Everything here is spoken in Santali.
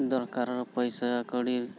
ᱫᱚᱨᱠᱟᱨᱚᱜᱼᱟ ᱯᱚᱭᱥᱟ ᱠᱟᱹᱣᱰᱤ